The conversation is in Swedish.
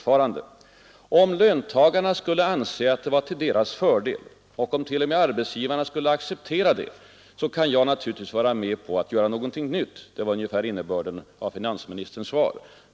”Om löntagarna skulle anse att det var till deras fördel och om t.o.m. arbetsgivarna skulle acceptera det, kan jag naturligtvis vara med på att göra någonting nytt” — det var ungefär innebörden av finansministerns svar.